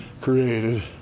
created